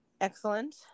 Excellent